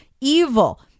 evil